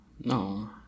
No